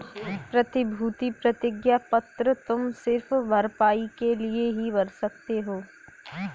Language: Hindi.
प्रतिभूति प्रतिज्ञा पत्र तुम सिर्फ भरपाई के लिए ही भर सकते हो